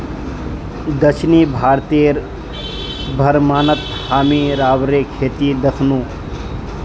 दक्षिण भारतेर भ्रमणत हामी रबरेर खेती दखनु